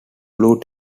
blue